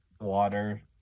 water